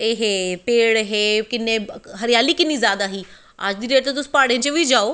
एह् हे पेड़ हे किन्ने हरियाली किन्नी जादा ही अज्ज दी डेट च ते तुस प्हाड़ें च बी जाओ